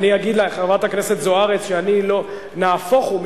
אגיד גם לחברת זוארץ שנהפוך הוא,